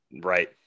right